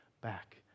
back